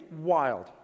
wild